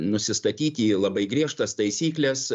nusistatyti labai griežtas taisykles